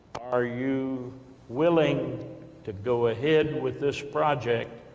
are you willing to go ahead with this project,